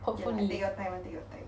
okay lah take your time take your time